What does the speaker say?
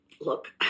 look